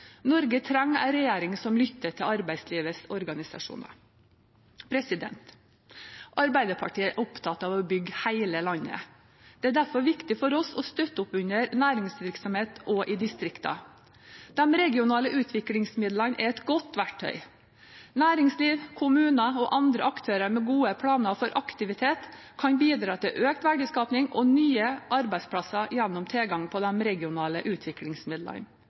Norge trenger en regjering som lytter til arbeidslivets organisasjoner. Arbeiderpartiet er opptatt av å bygge hele landet. Det er derfor viktig for oss å støtte opp under næringsvirksomhet også i distriktene. De regionale utviklingsmidlene er et godt verktøy. Næringsliv, kommuner og andre aktører med gode planer for aktivitet kan bidra til økt verdiskaping og nye arbeidsplasser gjennom tilgang på de regionale utviklingsmidlene.